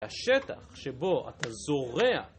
השטח שבו אתה זורע